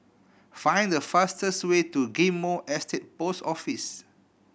find the fastest way to Ghim Moh Estate Post Office